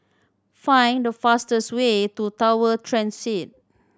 find the fastest way to Tower Transit